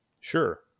Sure